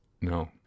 no